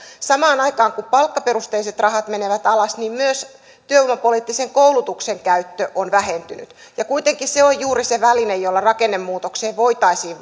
samaan aikaan kun palkkaperusteiset rahat menevät alas niin myös työvoimapoliittisen koulutuksen käyttö on vähentynyt ja kuitenkin se on juuri se väline jolla rakennemuutokseen voitaisiin